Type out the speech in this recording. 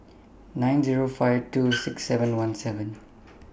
nine Zero five two six seven one seven